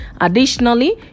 Additionally